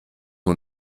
nur